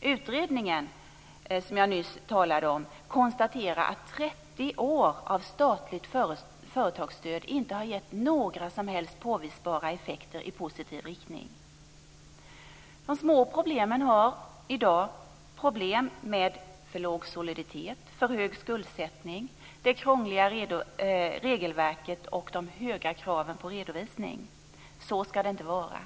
Den utredning som jag nyss talade om konstaterar att 30 år av statligt företagsstöd inte har gett några som helst påvisbara effekter i positiv riktning. De små företagen har i dag problem med för låg soliditet, för hög skuldsättning, ett krångligt regelverk och höga krav på redovisning. Så ska det inte vara.